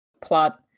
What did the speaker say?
plot